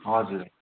हजुर